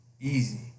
Easy